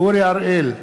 אורי אריאל,